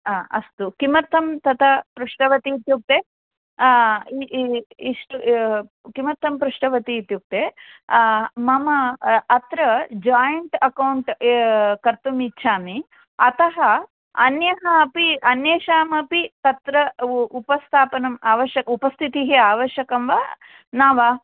अस्तु किमर्थम् तत पृष्टवती इत्युक्ते इति इष्ट किमर्थम् पृष्टवती इत्युक्ते मम अत्र जॉइण्ट अकाउण्ट ए कर्तुं इच्छामि अतः अन्यः अपि अन्येषां अपि तत्र उपस्थापनम् आवश्यक उपस्थितिः आवश्यकम् वा न वा